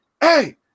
hey